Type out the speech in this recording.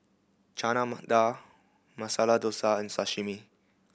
Chana Dal Masala Dosa and Sashimi